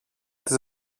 της